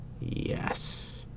yes